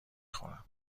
خورم